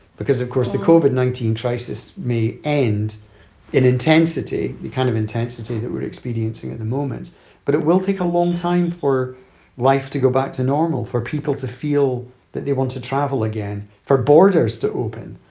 because, of course, the covid nineteen crisis may end in intensity, the kind of intensity that we're experiencing at the moment but it will take a long time for life to go back to normal, for people to feel that they want to travel again, for borders to open.